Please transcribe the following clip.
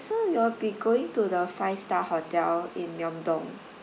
so you'll be going to the five star hotel in myeong dong